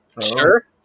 Sure